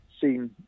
seen